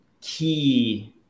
key